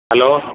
hello